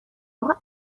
اقا